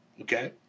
okay